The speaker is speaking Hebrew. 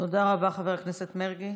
תודה רבה, חבר הכנסת מרגי.